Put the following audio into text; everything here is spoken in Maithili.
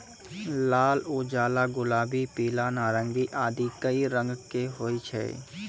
लाल, उजला, गुलाबी, पीला, नारंगी आदि कई रंग के होय छै